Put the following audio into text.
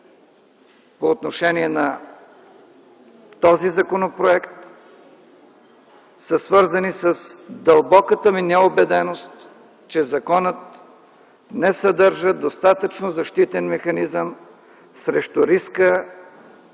по отношение на този законопроект са свързани с болката ми, че законът не съдържа достатъчно защитен механизъм срещу риска